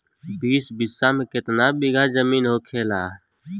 बीस बिस्सा में कितना बिघा जमीन होखेला?